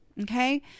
Okay